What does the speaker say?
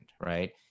right